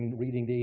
reading these